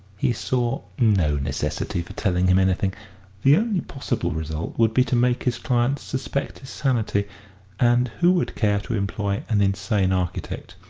he saw no necessity for telling him anything the only possible result would be to make his client suspect his sanity and who would care to employ an insane architect?